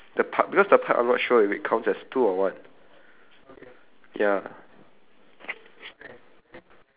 you want to double confirm first that like double confirm everything just make sure is like the part because the part I'm not sure if it counts as two or one